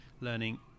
learning